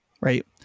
right